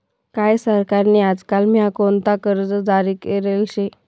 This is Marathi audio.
काय सरकार नी आजकाल म्हा कोणता कर्ज जारी करेल शे